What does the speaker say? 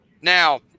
Now